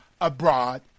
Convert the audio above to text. abroad